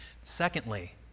Secondly